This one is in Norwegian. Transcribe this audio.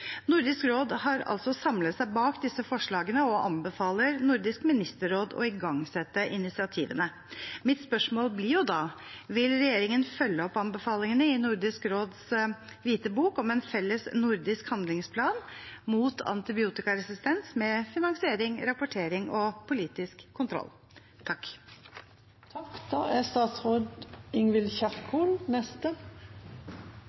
Nordisk råd har altså samlet seg bak disse forslagene og anbefaler Nordisk ministerråd å igangsette initiativene. Mitt spørsmål blir da: Vil regjeringen følge opp anbefalingene i Nordisk råds hvitbok om en felles nordisk handlingsplan mot antibiotikaresistens med finansiering, rapportering og politisk kontroll? Antibiotika er